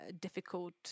difficult